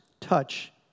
touch